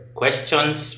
questions